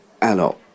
alors